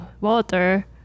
water